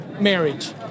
marriage